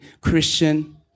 Christian